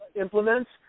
implements